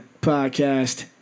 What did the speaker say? podcast